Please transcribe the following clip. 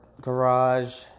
garage